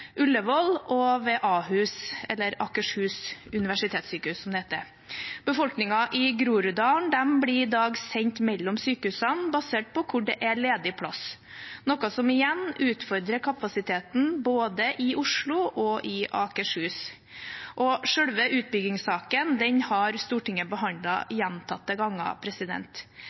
og ved Ahus – eller Akershus universitetssykehus, som det heter. Befolkningen i Groruddalen blir i dag sendt mellom sykehusene basert på hvor det er ledig plass, noe som igjen utfordrer kapasiteten både i Oslo og i Akershus. Selve utbyggingssaken har Stortinget behandlet gjentatte ganger.